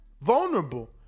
vulnerable